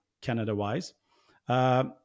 Canada-wise